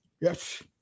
Yes